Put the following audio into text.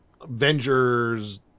Avengers